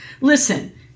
Listen